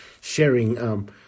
sharing